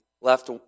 left